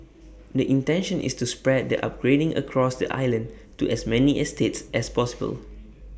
the intention is to spread the upgrading across the island to as many estates as possible